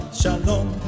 shalom